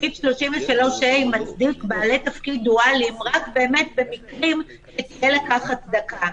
סעיף 33ה מצדיק בעלי תפקיד דואליים רק במקרים שתהיה לכך הצדקה.